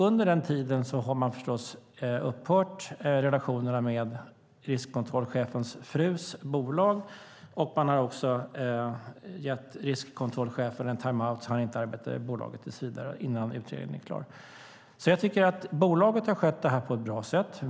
Under den tiden har man förstås upphört relationerna med riskkontrollchefens frus bolag, och man har också gett riskkontrollchefen en timeout så att han inte arbetar i bolaget tills utredningen är klar. Jag tycker alltså att bolaget har skött detta på ett bra sätt.